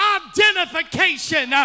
identification